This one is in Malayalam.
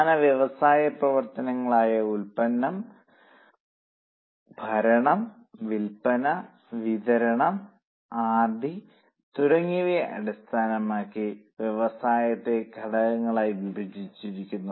പ്രധാന വ്യവസായ പ്രവർത്തനങ്ങളായ ഉല്പാദനം ഭരണം വില്പന വിതരണം ആർ ഡി R D തുടങ്ങിയവയെ അടിസ്ഥാനമാക്കി വ്യവസായത്തെ ഘടകങ്ങളായി വിഭജിച്ചിരിക്കുന്നു